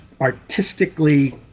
artistically